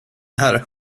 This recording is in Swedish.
här